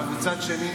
ומצד שני,